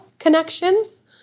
connections